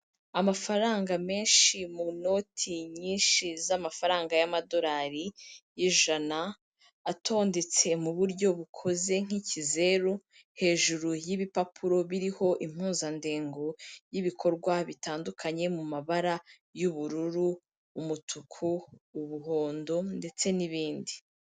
Amafaranga menshi mu noti nyinshi z'amafaranga y'Amadolari y'ijana, atondetse mu buryo bukoze nk'ikizeru, hejuru y'ibipapuro biriho impuzandengo y'ibikorwa bitandukanye mu mabara y'ubururu, umutuku, umuhondo ndetse n'ibindi.